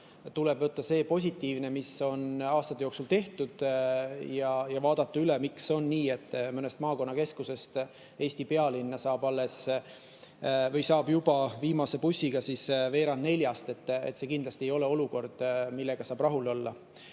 tuleb võtta see positiivne, mis on aastate jooksul tehtud, ja vaadata üle, miks on nii, et mõnest maakonnakeskusest Eesti pealinna saab alles või saab juba viimase bussiga veerand nelja ajal. See kindlasti ei ole olukord, millega saab rahul olla. Mis